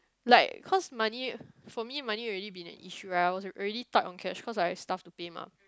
like cause money for me money already been an issue right I was already tight on cash cause I have stuff to pay mah